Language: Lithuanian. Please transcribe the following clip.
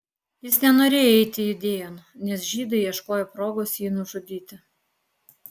jis nenorėjo eiti judėjon nes žydai ieškojo progos jį nužudyti